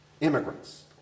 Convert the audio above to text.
immigrants